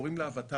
קוראים לה הוות"ל,